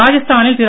ராஜஸ்தானில் திரு